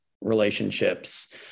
relationships